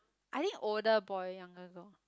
I think older boy younger girl